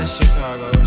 Chicago